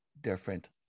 different